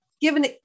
given